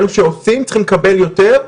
אלה שעושים צריכים לקבל יותר,